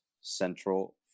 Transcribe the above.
Central